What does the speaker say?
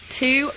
two